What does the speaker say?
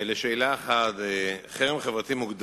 חבר הכנסת